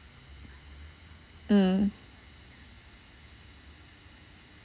mm